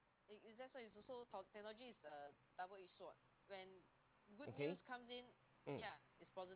okay mm